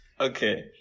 okay